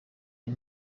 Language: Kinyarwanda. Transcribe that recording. iyo